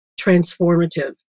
transformative